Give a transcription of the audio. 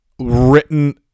written